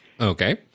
okay